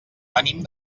venim